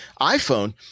iphone